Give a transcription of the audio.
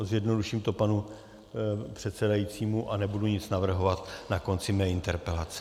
Zjednoduším to panu předsedajícímu a nebudu nic navrhovat na konci své interpelace.